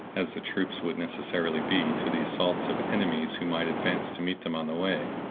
as the troops would necessarily be, to the assaults of enemies who might advance to meet them on the way,